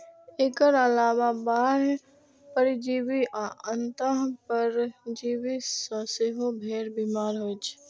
एकर अलावे बाह्य परजीवी आ अंतः परजीवी सं सेहो भेड़ बीमार होइ छै